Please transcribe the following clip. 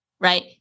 right